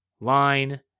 line